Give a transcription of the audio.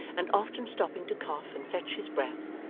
and, often stopping to cough and fetch his breath,